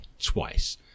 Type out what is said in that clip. twice